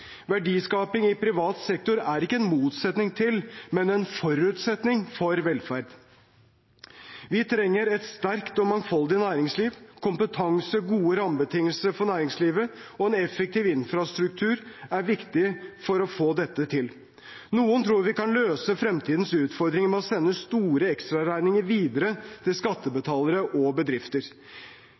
Verdiskaping i privat sektor er ikke en motsetning til, men en forutsetning for, velferd. Vi trenger et sterkt og mangfoldig næringsliv. Kompetanse, gode rammebetingelser for næringslivet og en effektiv infrastruktur er viktig for å få dette til. Noen tror vi kan løse fremtidens utfordringer ved å sende store ekstraregninger videre til skattebetalere og bedrifter.